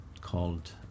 called